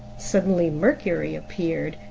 suddenly mercury appeared,